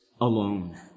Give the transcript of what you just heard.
alone